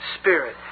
Spirit